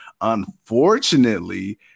Unfortunately